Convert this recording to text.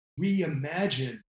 reimagine